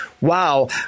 wow